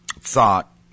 thought